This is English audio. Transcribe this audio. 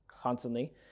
constantly